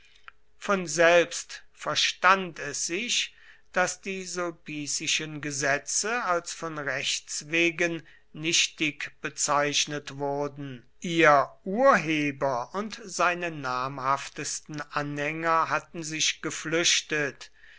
von selbst verstand es sich daß die sulpicischen gesetze als von rechts wegen nichtig bezeichnet wurden ihr urheber und seine namhaftesten anhänger hatten sich geflüchtet